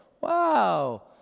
Wow